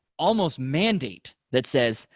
almost mandate that says,